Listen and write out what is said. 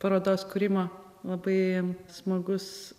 parodos kūrimo labai smagus